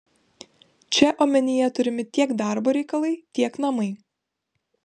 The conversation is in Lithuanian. čia omenyje turimi tiek darbo reikalai tiek namai